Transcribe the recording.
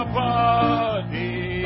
body